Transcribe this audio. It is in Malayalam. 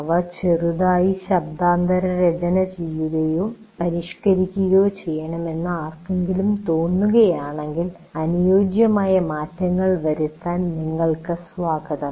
അവ ചെറുതായി ശബ്ദാനന്തര രചന ചെയ്യുകയോ പരിഷ്കരിക്കുകയോ ചെയ്യണമെന്ന് ആർക്കെങ്കിലും തോന്നുകയാണെങ്കിൽ അനുയോജ്യമായ മാറ്റങ്ങൾ വരുത്താൻ നിങ്ങൾക്ക് സ്വാഗതം